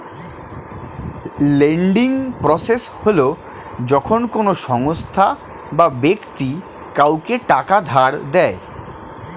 lending process হল যখন কোনো সংস্থা বা ব্যক্তি কাউকে টাকা ধার দেয়